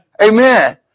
Amen